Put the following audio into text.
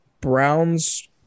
Browns